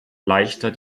leichter